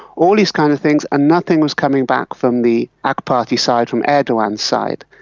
all these kind of things, and nothing was coming back from the ak party side, from erdogan's side.